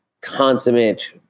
consummate